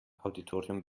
auditorium